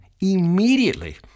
immediately